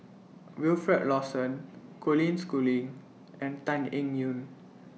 Wilfed Lawson Colin Schooling and Tan Eng Yoon